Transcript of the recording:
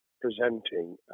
presenting